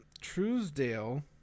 Truesdale